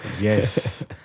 Yes